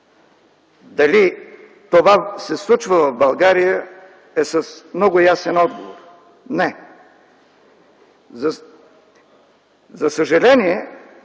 Дали това се случва в България е въпрос с много ясен отговор. Не! За съжаление,